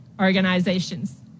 organizations